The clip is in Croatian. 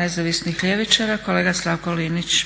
nezavisnih ljevičara kolega Slavko Linić.